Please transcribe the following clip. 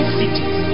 cities